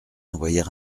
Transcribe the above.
envoyer